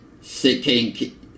seeking